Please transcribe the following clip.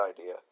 idea